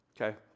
okay